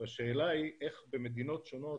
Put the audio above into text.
השאלה היא איך במדינות שונות,